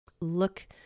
look